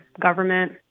government